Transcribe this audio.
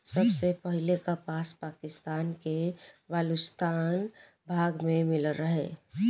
सबसे पहिले कपास पाकिस्तान के बलूचिस्तान भाग में मिलल रहे